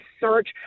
search